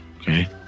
Okay